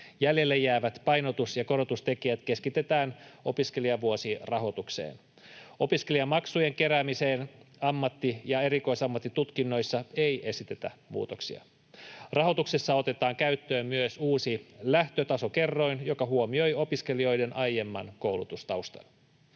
Jäljelle jäävät painotus- ja korotustekijät keskitetään opiskelijavuosirahoitukseen. Opiskelijamaksujen keräämiseen ammatti- ja erikoisammattitutkinnoissa ei esitetä muutoksia. Rahoituksessa otetaan käyttöön myös uusi lähtötasokerroin, joka huomioi opiskelijoiden aiemman koulutustaustan.